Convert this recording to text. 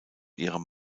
ihrem